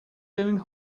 doing